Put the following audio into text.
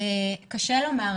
קשה לומר.